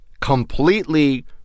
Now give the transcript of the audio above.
completely